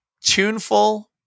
tuneful